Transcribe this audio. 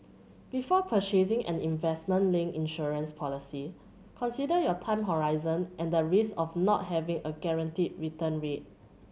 before purchasing an investment linked insurance policy consider your time horizon and the risks of not having a guaranteed return rate